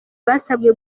basabwe